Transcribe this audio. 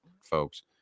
folks